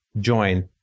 join